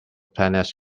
planets